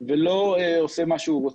ולא עושה מה שהוא רוצה.